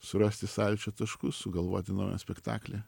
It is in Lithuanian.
surasti sąlyčio taškus sugalvoti naują spektaklį